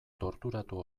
torturatu